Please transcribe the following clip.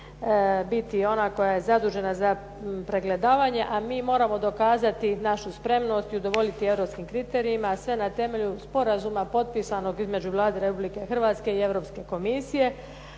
biti ona koja je zadužena za pregledavanje. A mi moramo dokazati našu spremnost i udovoljiti europskim kriterijima, a sve na temelju sporazuma potpisanog između Vlada Republike Hrvatske i Europske komisije